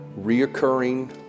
reoccurring